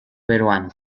peruano